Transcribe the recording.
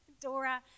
Dora